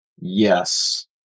yes